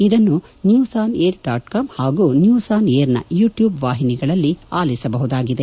ಇದನ್ನು ನ್ಲೂಸ್ಆನ್ಏರ್ಡಾಟ್ಕಾಮ್ ಹಾಗೂ ನ್ಲೂಸ್ಆನ್ಏರ್ನ ಯೂಟ್ಲೂಬ್ ವಾಹಿನಿಗಳಲ್ಲಿ ಆಲಿಸಬಹುದಾಗಿದೆ